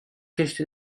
کشتی